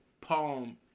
Palm